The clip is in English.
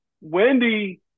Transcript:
Wendy